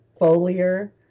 foliar